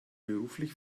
beruflich